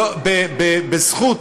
בזכות,